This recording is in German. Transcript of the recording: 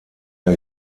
der